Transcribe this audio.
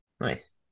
nice